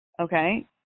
Okay